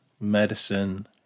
medicine